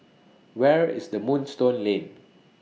Where IS The Moonstone Lane